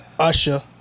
Usher